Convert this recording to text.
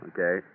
Okay